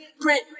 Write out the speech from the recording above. Print